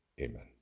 Amen